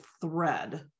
thread